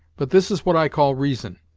but this is what i call reason.